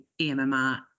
EMMR